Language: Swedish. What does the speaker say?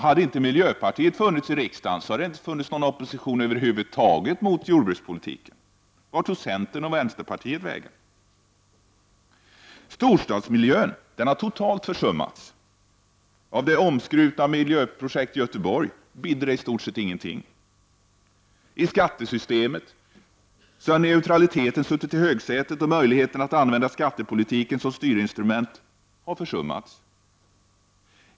Om inte miljöpartiet hade funnits i riksdagen hade det inte funnits någon opposition över huvud taget mot jordbrukspolitiken. Vart tog centern och vänsterpartiet vägen? — Storstadsmiljön har totalt försummats. Av det omskrutna miljöprojekt i Göteborg ”bidde” ju i stort sett ingenting. —- I skattesystemet har neutraliteten suttit i högsätet, och möjligheterna att använda skattepolitiken som styrinstrument har försummats.